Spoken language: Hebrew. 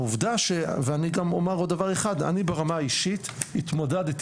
אני אומר עוד דבר אחד: אני ברמה האישית התמודדתי